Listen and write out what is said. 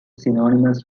synonymous